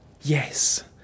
Yes